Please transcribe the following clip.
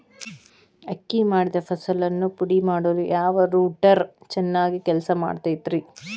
ಅಕ್ಕಿ ಮಾಡಿದ ಫಸಲನ್ನು ಪುಡಿಮಾಡಲು ಯಾವ ರೂಟರ್ ಚೆನ್ನಾಗಿ ಕೆಲಸ ಮಾಡತೈತ್ರಿ?